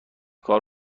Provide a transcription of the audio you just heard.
کار